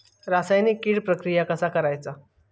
रासायनिक कीड प्रक्रिया कसा करायचा?